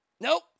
Nope